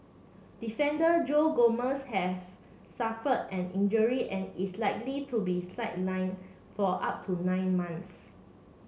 defender Joe Gomez have suffered an injury and is likely to be sideline for up to nine months